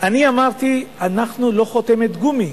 אני אמרתי: אנחנו לא חותמת גומי.